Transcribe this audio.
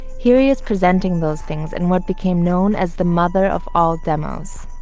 here he is presenting those things and what became known as the mother of all demos